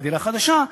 בדירה חדשה,